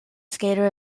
skater